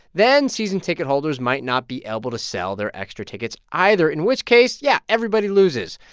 then season ticket holders might not be able to sell their extra tickets either, in which case, yeah, everybody loses.